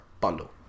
bundle